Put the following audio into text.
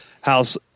house